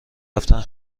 رفتن